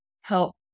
help